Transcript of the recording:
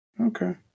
Okay